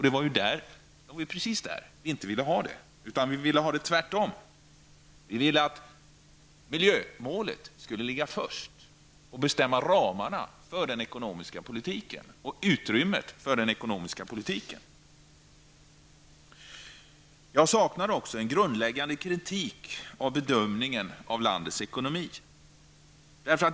Det var ju precis så vi inte ville ha det, utan vi ville ha det tvärtom -- vi ville att miljömålet skulle ligga först och bestämma ramarna och utrymmet för den ekonomiska politiken. Jag saknar också en grundläggande kritik av bedömningen av landets ekonomi.